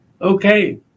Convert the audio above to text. okay